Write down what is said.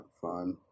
fun